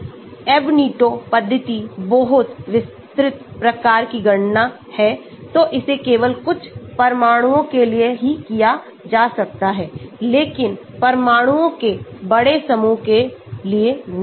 Ab initio पद्धति बहुत विस्तृत प्रकार की गणना है तो इसे केवल कुछ परमाणुओं के लिए ही किया जा सकता है लेकिन परमाणुओं के बड़े समूह के लिए नहीं